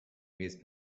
gehst